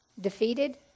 defeated